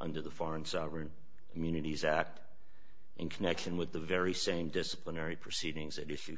under the foreign sovereign communities act in connection with the very same disciplinary proceedings at issue